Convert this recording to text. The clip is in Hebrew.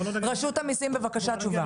רשות המיסים, בבקשה תשובה.